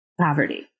poverty